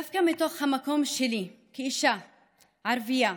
דווקא מתוך המקום שלי כאישה ערבייה,